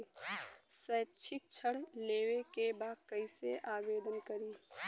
शैक्षिक ऋण लेवे के बा कईसे आवेदन करी?